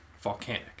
Volcanic